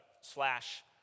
slash